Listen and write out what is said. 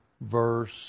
verse